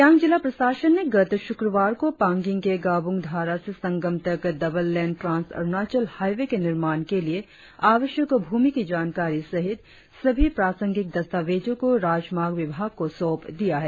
सियांग जिला प्रशासन ने गत शुक्रवार को पांगिंग के गाबूंग धारा से संगम तक double lane trans Arunachal highway के निर्माण के लिए आवश्यक भूमि की जानकारी सहित सभी प्रासंगिक दस्तावेजो को राजमार्ग विभाग को सौंप दिया है